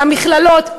כי המכללות,